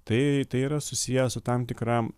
tai tai yra susiję su tam tikra